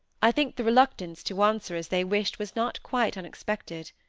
i think the reluctance to answer as they wished was not quite unexpected.